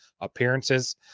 appearances